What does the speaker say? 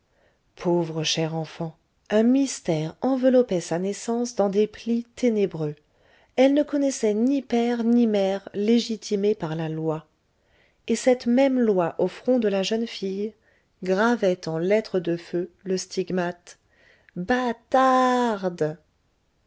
pauvre chère enfant un mystère enveloppait sa naissance dans des plis ténébreux elle ne connaissait ni père ni mère légitimés par la loi et cette même loi au front de la jeune fille gravait en lettres de feu le stigmate bâtarde